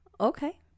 Okay